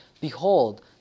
Behold